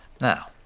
Now